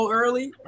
early